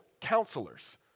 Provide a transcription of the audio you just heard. counselors